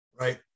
Right